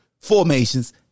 formations